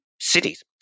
cities